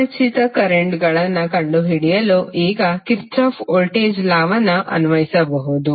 ಅಪರಿಚಿತ ಕರೆಂಟ್ಗಳನ್ನು ಕಂಡುಹಿಡಿಯಲು ಈಗ ಕಿರ್ಚಾಫ್ನ ವೋಲ್ಟೇಜ್ ಲಾವನ್ನುKirchhoffs voltage law ಅನ್ವಯಿಸಬಹುದು